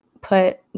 put